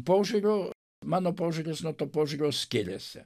požiūriu mano požiūris nuo to požiūrio skiriasi